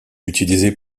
utilisé